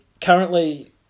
Currently